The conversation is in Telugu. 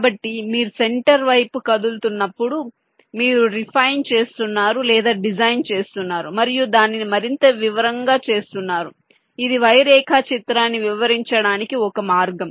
కాబట్టి మీరు సెంటర్ వైపు కదులుతున్నప్పుడు మీరు రిఫైన్ చేస్తున్నారు లేదా డిజైన్ చేస్తున్నారు మరియు దానిని మరింత వివరంగా చేస్తున్నారు ఇది Y రేఖాచిత్రాన్ని వివరించడానికి ఒక మార్గం